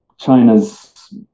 China's